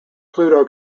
pluto